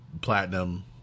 platinum